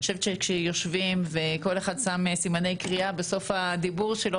אני חושבת שכשיושבים וכל אחד שם סימני קריאה בסוף הדיבור שלו,